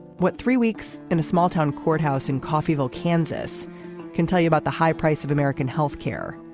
what three weeks in a small town courthouse in coffeyville kansas can tell you about the high price of american health care.